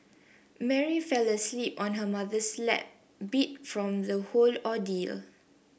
Mary fell asleep on her mother's lap beat from the whole ordeal